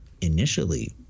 initially